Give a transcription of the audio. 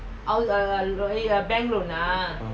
ah